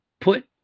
put